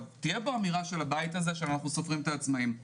תהיה בו אמירה של הבית הזה שאנחנו סופרים את העצמאים.